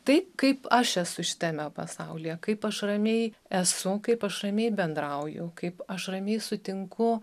tai kaip aš esu šitame pasaulyje kaip aš ramiai esu kaip aš ramiai bendrauju kaip aš ramiai sutinku